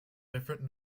different